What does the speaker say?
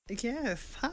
Yes